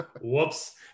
Whoops